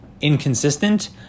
inconsistent